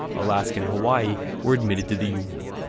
alaska and hawaii, were admitted to the union.